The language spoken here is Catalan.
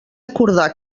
acordar